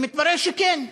ומתברר שכן.